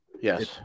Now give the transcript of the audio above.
Yes